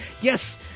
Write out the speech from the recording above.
Yes